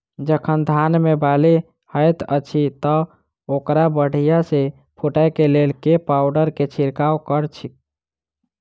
जखन धान मे बाली हएत अछि तऽ ओकरा बढ़िया सँ फूटै केँ लेल केँ पावडर केँ छिरकाव करऽ छी?